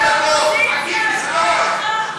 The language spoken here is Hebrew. עצמם,